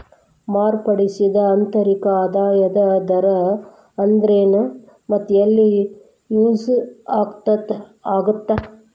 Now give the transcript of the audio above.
ಮಾರ್ಪಡಿಸಿದ ಆಂತರಿಕ ಆದಾಯದ ದರ ಅಂದ್ರೆನ್ ಮತ್ತ ಎಲ್ಲಿ ಯೂಸ್ ಆಗತ್ತಾ